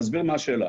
תסביר מה השאלה.